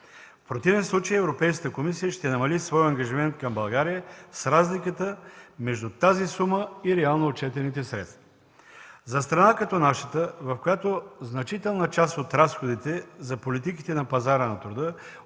В противен случай Европейската комисия ще намали своя ангажимент към България с разликата между тази сума и реално отчетените средства. За страна като нашата, в която значителна част от разходите за политиките на пазара на труда,